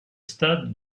stade